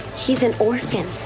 he's an orphan.